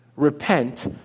repent